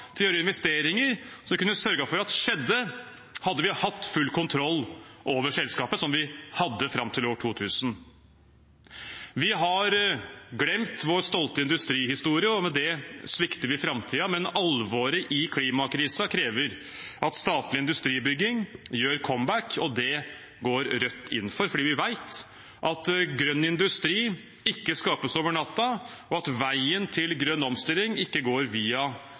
til å gjøre investeringer som vi kunne ha sørget for skjedde, hvis vi hadde hatt full kontroll over selskapet, som vi hadde fram til år 2000. Vi har glemt vår stolte industrihistorie, og med det svikter vi framtiden. Men alvoret i klimakrisen krever at statlig industribygging gjør comeback. Det går Rødt inn for, for vi vet at grønn industri ikke skapes over natta, og at veien til grønn omstilling ikke går via